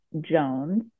Jones